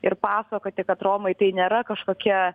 ir pasakoti kad romai tai nėra kažkokie